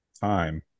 time